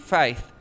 faith